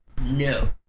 No